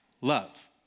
love